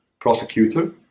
prosecutor